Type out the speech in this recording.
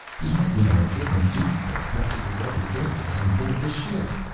he had me on a different duty-berth practically every day i was on board the ship.